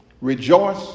rejoice